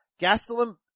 Gastelum